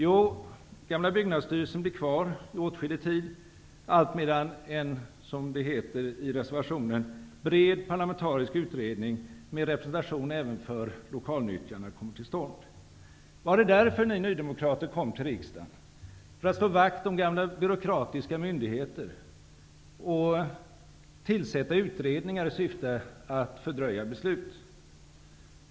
Jo, gamla Byggnadsstyrelsen blir kvar under åtskillig tid, allt medan en, som det heter i reservationen, bred parlamentarisk utredning med representation även för lokalnyttjarna kommer till stånd. Var det därför ni nydemokrater kom till riksdagen, för att slå vakt om gamla byråkratiska myndigheter och tillsätta utredningar i syfte att fördröja beslut?